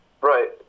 right